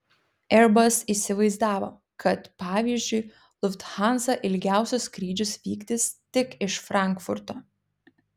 airbus įsivaizdavo kad pavyzdžiui lufthansa ilgiausius skrydžius vykdys tik iš frankfurto